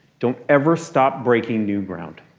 don't ever stop breaking new ground.